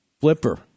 flipper